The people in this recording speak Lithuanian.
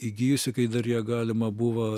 įgijusi kai dar ją galima buva